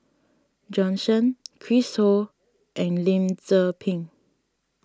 Bjorn Shen Chris Ho and Lim Tze Peng